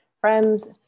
Friends